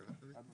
כן.